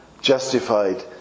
justified